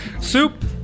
soup